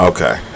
Okay